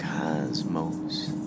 Cosmos